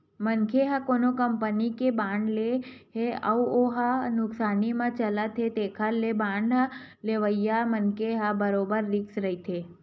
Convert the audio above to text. मनखे ह कोनो कंपनी के बांड ले हे अउ हो ह नुकसानी म चलत हे तेखर ले बांड लेवइया मनखे ह बरोबर रिस्क रहिथे